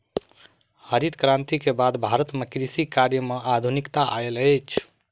हरित क्रांति के बाद भारत में कृषि कार्य में आधुनिकता आयल अछि